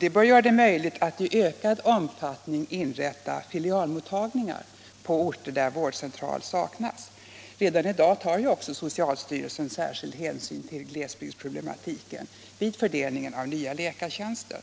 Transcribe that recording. Det bör göra det möjligt att i ökad omfattning inrätta filialmottagningar på orter där vårdcentral saknas. Redan i dag tar socialstyrelsen särskild hänsyn till glesbygdsproblematiken vid fördelning av nya läkartjänster.